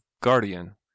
guardian